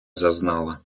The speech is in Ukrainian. зазнала